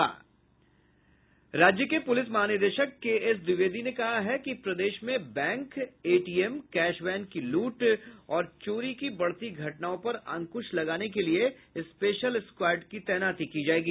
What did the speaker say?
राज्य के पुलिस महानिदेशक केएस द्विवेदी ने कहा है कि प्रदेश में बैंक एटीएम कैश वैन की लूट और चोरी की बढ़ती घटनाओं पर अंकुश लगाने क लिए स्पेशल स्क्वॉड की तैनाती की जायेगी